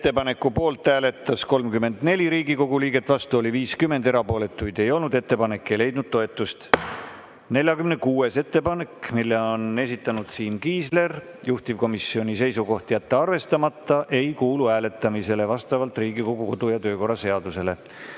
Ettepaneku poolt hääletas 34 Riigikogu liiget, vastu oli 50, erapooletuid ei olnud. Ettepanek ei leidnud toetust.46. ettepanek. Selle on esitanud Siim Kiisler. Juhtivkomisjoni seisukoht on jätta arvestamata. Ei kuulu hääletamisele vastavalt Riigikogu kodu‑ ja töökorra seadusele.